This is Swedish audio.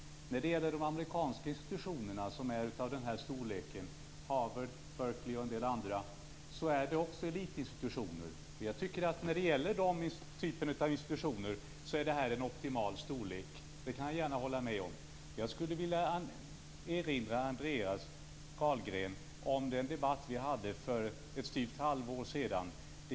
De amerikanska institutionerna av nämnda storlek, t.ex. Harvard och Berkeley, är också elitinstitutioner. När det gäller den typen av institutioner håller jag gärna med om att det rör sig om den optimala storleken. Jag skulle vilja erinra Andreas Carlgren om den debatt som vi hade för styvt ett halvår sedan.